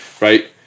right